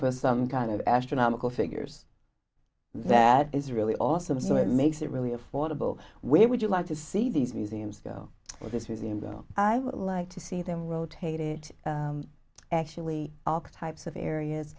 for some kind of astronomical figures that is really awesome so it makes it really affordable where would you like to see these museums go to this museum go i would like to see them rotated actually all types of areas